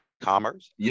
commerce